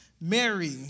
Mary